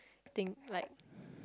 I think like